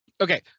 okay